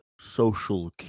social